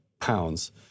pounds